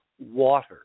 water